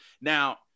Now